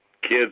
kids